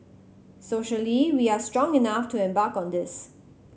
socially we are strong enough to embark on this